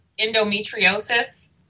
endometriosis